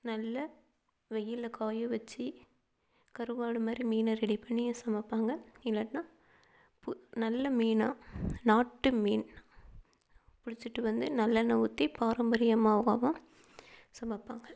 நல்ல வெயிலில் காய வெச்சு கருவாடு மாதிரி மீனை ரெடி பண்ணி சமைப்பாங்க இல்லாட்டின்னால் பு நல்ல மீனாக நாட்டு மீன் பிடிச்சிட்டு வந்து நல்லெண்ணை ஊற்றி பாரம்பரியமாகவும் சமைப்பாங்க